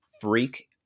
freak